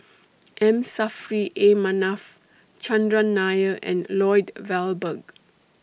M Saffri A Manaf Chandran Nair and Lloyd Valberg